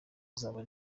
azaba